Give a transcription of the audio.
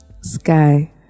sky